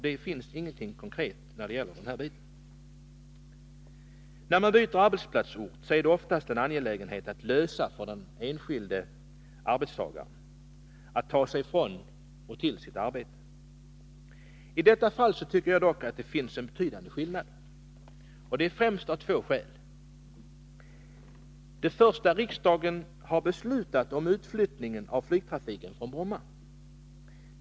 Det sägs ingenting konkret om den saken. När man byter arbetsplatsort är det oftast en angelägenhet för den enskilde arbetstagaren att lösa frågan hur han eller hon skall ta sig till och från arbetet på den nya orten. I detta fall tycker jag mig dock finna en betydande skillnad — främst av två skäl: För det första har riksdagen beslutat om utflyttning av flygtrafiken från Bromma.